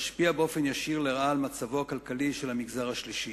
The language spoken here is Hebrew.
משפיע באופן ישיר לרעה על מצבו הכלכלי של המגזר השלישי.